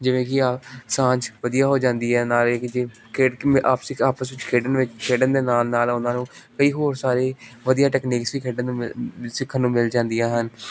ਜਿਵੇਂ ਕਿ ਆਹ ਸਾਂਝ ਵਧੀਆ ਹੋ ਜਾਂਦੀ ਹੈ ਨਾਲੇ ਆਪਸੀ ਆਪਸ ਵਿੱਚ ਖੇਡਣ ਵਿੱਚ ਖੇਡਣ ਦੇ ਨਾਲ ਨਾਲ ਉਹਨਾਂ ਨੂੰ ਕਈ ਹੋਰ ਸਾਰੇ ਵਧੀਆ ਟੈਕਨੀਕਸ ਵੀ ਖੇਡਣ ਨੂੰ ਮਿਲ ਸਿੱਖਣ ਨੂੰ ਮਿਲ ਜਾਂਦੀਆਂ ਹਨ